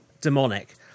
demonic